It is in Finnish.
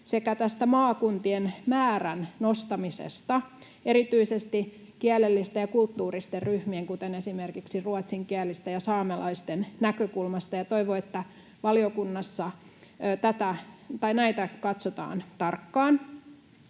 sekä maakuntien määrän nostamisesta erityisesti kielellisten ja kulttuuristen ryhmien, kuten esimerkiksi ruotsinkielisten ja saamelaisten, näkökulmasta. Toivon, että valiokunnassa näitä katsotaan tarkkaan.